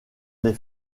les